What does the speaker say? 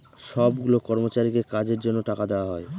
সব গুলা কর্মচারীকে কাজের জন্য টাকা দেওয়া হয়